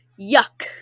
Yuck